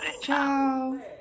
Ciao